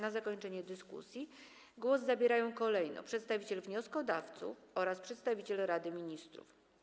Po zakończeniu dyskusji głos zabierają kolejno przedstawiciel wnioskodawców oraz przedstawiciel Rady Ministrów.